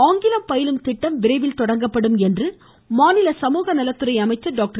ஆங்கிலம் பயிலும் திட்டம் விரைவில் தொடங்கப்படும் என்று மாநில சமூக நலத்துறை அமைச்சர் டாக்டர்